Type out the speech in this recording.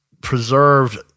preserved